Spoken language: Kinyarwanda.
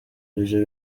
ivyo